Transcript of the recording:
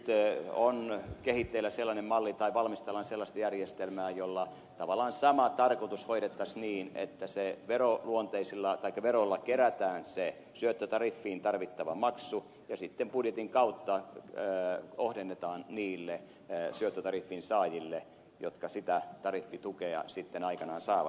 nyt on valmistellaan sellaista järjestelmää jolla tavallaan sama tarkoitus hoidettaisiin niin että verolla kerätään se syöttötariffiin tarvittava maksu ja sitten budjetin kautta kohdennetaan niille syöttötariffin saajille jotka sitä tariffitukea sitten aikanaan saavat